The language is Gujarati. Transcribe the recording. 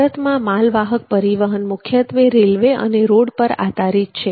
ભારતમાં માલવાહક પરિવહન મુખ્યત્વે રેલવે અને રોડ પર આધારિત છે